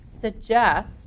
suggest